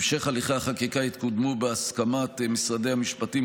בהמשך הליכי החקיקה יתקדמו בהסכמת משרדי המשפטים,